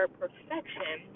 perfection